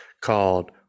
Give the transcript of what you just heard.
called